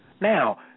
Now